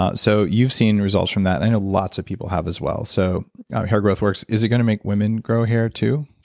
um so you've seen results from that and lots of people have as well. so hair growth works, is it going to make women grow hair too?